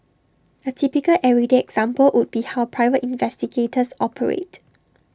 A typical everyday example would be how private investigators operate